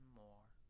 more